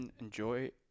enjoy